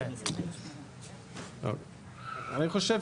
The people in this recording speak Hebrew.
אני חושב